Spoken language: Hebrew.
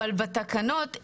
אבל בתקנות ,